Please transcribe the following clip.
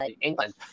England